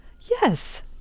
yes